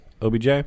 OBJ